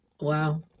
Wow